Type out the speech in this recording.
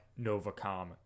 novacom